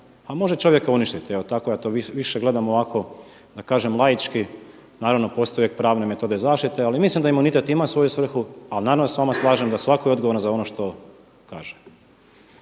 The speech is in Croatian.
a može čovjeka uništiti. Evo, tako ja to gledam više ovako da kažem laički. Naravno, postoje uvijek metode zaštite ali mislim da imunitet ima svoju svrhu ali naravno da se s vama slažem da svatko je odgovoran za ono što kaže.